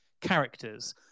characters